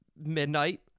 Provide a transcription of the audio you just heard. midnight